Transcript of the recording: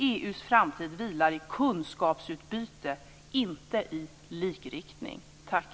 EU:s framtid vilar i kunskapsutbyte, inte i likriktning. Tack!